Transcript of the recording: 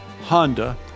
Honda